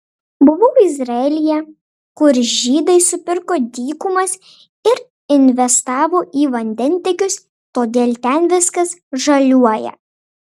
buvau izraelyje kur žydai supirko dykumas ir investavo į vandentiekius todėl ten viskas žaliuoja